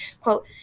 quote